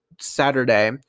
Saturday